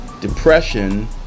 depression